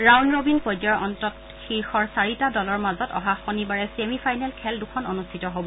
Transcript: round robin পৰ্যায়ৰ অন্তত শীৰ্যৰ চাৰিটা দলৰ মাজত অহা শনিবাৰে ছেমি ফাইনেল খেল দুখন অনুষ্ঠিত হ'ব